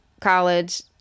college